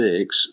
six